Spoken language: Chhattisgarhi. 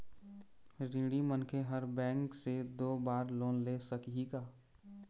ऋणी मनखे हर बैंक से दो बार लोन ले सकही का?